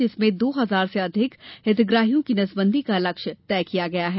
जिसमें दो हजार से अधिक हितग्राहियों की नसबंदी का लक्ष्य रखा गया है